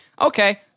Okay